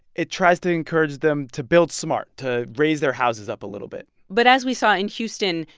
it tries to encourage them to build smart, to raise their houses up a little bit but as we saw in houston,